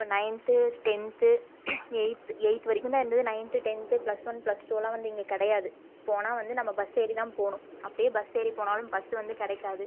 இப்போ ninth tenth eighth eighth வரைக்கும் தான் இருந்தது ninth tenth plus one plus டூவெல்லாம் வந்து இங்கே கிடையாது போனால் வந்து நம்ம பஸ் ஏறி தான் போகணும் அப்டியே பஸ் ஏறி போனாலும் பஸ்ஸு வந்து கிடைக்காது